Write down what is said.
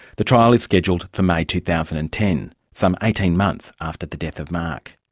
the trial is scheduled for may two thousand and ten, some eighteen months after the death of mark.